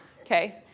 okay